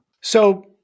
So-